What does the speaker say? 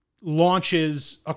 launches